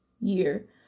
year